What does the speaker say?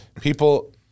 People